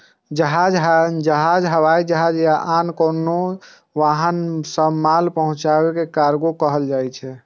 जहाज, हवाई जहाज या आन कोनो वाहन सं माल पहुंचेनाय कार्गो कहल जाइ छै